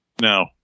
No